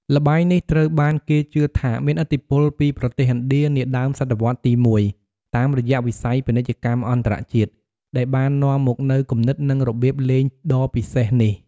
ល្បែងនេះត្រូវបានគេជឿថាមានឥទ្ធិពលពីប្រទេសឥណ្ឌានាដើមសតវត្សរ៍ទី១ តាមរយៈវិស័យពាណិជ្ជកម្មអន្តរជាតិ ដែលបាននាំមកនូវគំនិត និងរបៀបលេងដ៏ពិសេសនេះ។